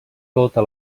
tota